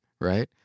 right